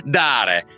dare